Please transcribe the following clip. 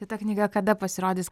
tai ta knyga kada pasirodys